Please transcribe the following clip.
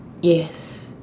yes